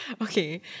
Okay